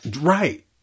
Right